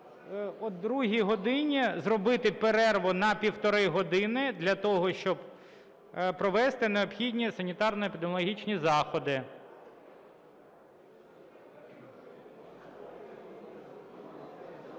о другій годині зробити перерву на півтори години для того, щоб провести необхідні санітарно-епідеміологічні заходи.